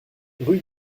rue